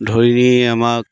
ধৰি নি আমাক